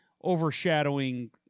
overshadowing